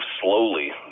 slowly